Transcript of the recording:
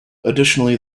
additionally